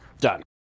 Done